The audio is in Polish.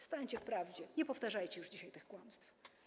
Stańcie w prawdzie, nie powtarzajcie już dzisiaj tych kłamstw.